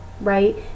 right